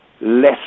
less